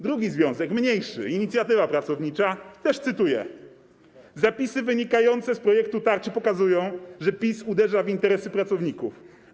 Drugi związek, mniejszy, Inicjatywa Pracownicza: Zapisy wynikające z projektu tarczy pokazują, że PiS uderza w interesy pracowników.